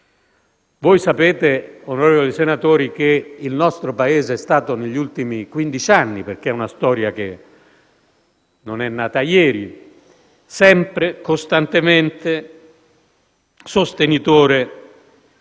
Sapete, onorevoli senatori, che il nostro Paese è stato negli ultimi quindici anni - perché è una storia che non è nata ieri - costante sostenitore